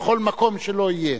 בכל מקום שלא יהיה,